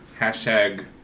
Hashtag